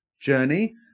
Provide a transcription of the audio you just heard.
journey